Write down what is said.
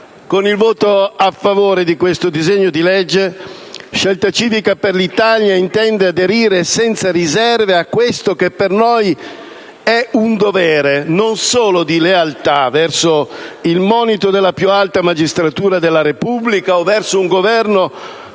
Con il voto a favore di questo disegno di legge, Scelta Civica per l'Italia intende aderire senza riserve a questo che per noi è un dovere non solo di lealtà verso il monito della più alta magistratura della Repubblica o verso un Governo,